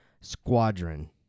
Squadron